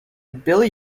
billy